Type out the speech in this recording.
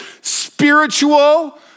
spiritual